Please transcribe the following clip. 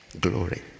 glory